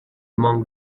among